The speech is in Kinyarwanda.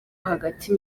hagati